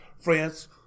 France